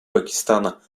пакистана